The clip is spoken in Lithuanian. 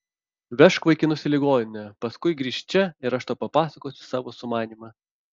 vežk vaikinus į ligoninę paskui grįžk čia ir aš tau papasakosiu savo sumanymą